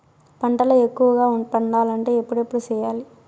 పంటల ఎక్కువగా పండాలంటే ఎప్పుడెప్పుడు సేయాలి?